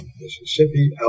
Mississippi